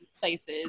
places